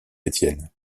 étienne